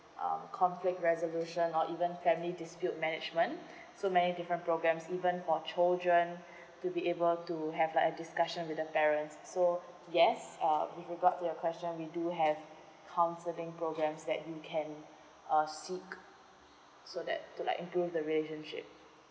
uh conflict resolution or even family dispute management so many different programmes even for children to be able to have like a discussion with the parents so yes uh with regard to your question we do have counselling programmes that you can uh seek so that to like improve the relationship